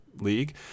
League